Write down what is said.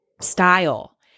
style